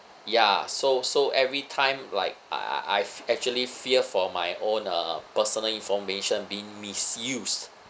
ya so so every time like I I've actually fear for my own uh personal information being misused